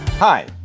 Hi